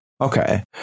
Okay